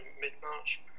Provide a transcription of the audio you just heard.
mid-March